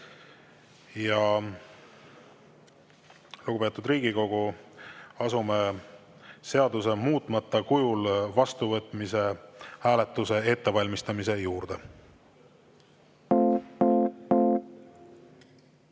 Lugupeetud Riigikogu, asume seaduse muutmata kujul vastuvõtmise hääletuse ettevalmistamise